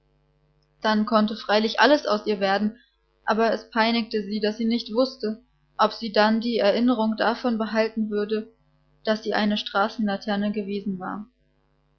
dann konnte freilich alles aus ihr werden aber es peinigte sie daß sie nicht wußte ob sie dann die erinnerung davon behalten würde daß sie eine straßenlaterne gewesen war